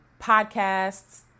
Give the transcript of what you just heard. podcasts